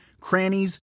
crannies